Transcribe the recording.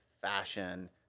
fashion